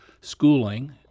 schooling